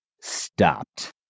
stopped